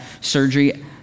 surgery